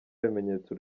bimenyetso